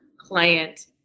client